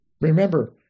Remember